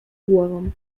głową